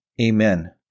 Amen